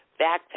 backpack